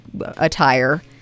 attire